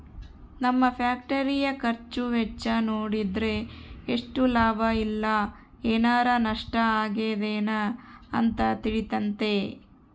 ನಮ್ಮ ಫ್ಯಾಕ್ಟರಿಯ ಖರ್ಚು ವೆಚ್ಚ ನೋಡಿದ್ರೆ ಎಷ್ಟು ಲಾಭ ಇಲ್ಲ ಏನಾರಾ ನಷ್ಟ ಆಗಿದೆನ ಅಂತ ತಿಳಿತತೆ